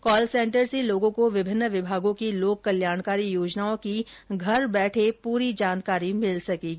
call centre से लोगों को विभिन्न विभागों की लोक कल्याणकारी योजनाओं की घर बैठे पूरी जानकारी मिल सकेगी